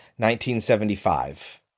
1975